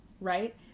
right